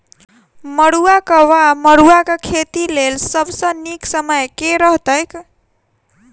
मरुआक वा मड़ुआ खेतीक लेल सब सऽ नीक समय केँ रहतैक?